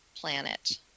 planet